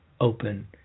open